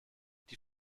die